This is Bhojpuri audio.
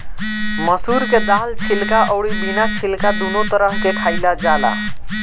मसूर के दाल छिलका अउरी बिना छिलका दूनो तरह से खाइल जाला